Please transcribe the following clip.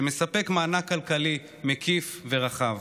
שמספק מענק כלכלי מקיף ורחב.